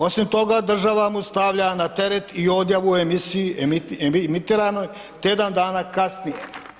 Osim toga država mu stavlja na teret i odjavu u emisiji emitiranoj tjedna dana kasnije.